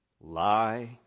Lie